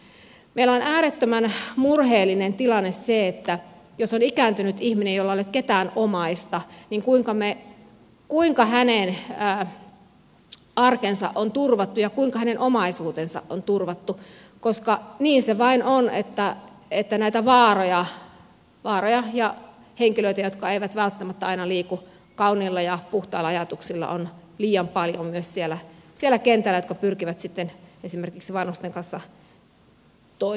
meillä on äärettömän murheellinen tilanne se että jos on ikääntynyt ihminen jolla ei ole ketään omaista niin kuinka hänen arkensa on turvattu ja kuinka hänen omaisuutensa on turvattu koska niin se vain on että näitä vaaroja ja henkilöitä jotka eivät välttämättä aina liiku kauniilla ja puhtailla ajatuksilla on liian paljon myös siellä kentällä ja he pyrkivät sitten esimerkiksi vanhusten kanssa toimimaan